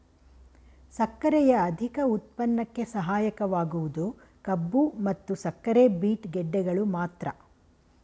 ಸಕ್ಕರೆಯ ಅಧಿಕ ಉತ್ಪನ್ನಕ್ಕೆ ಸಹಾಯಕವಾಗುವುದು ಕಬ್ಬು ಮತ್ತು ಸಕ್ಕರೆ ಬೀಟ್ ಗೆಡ್ಡೆಗಳು ಮಾತ್ರ